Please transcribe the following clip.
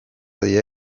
dira